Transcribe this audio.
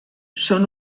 són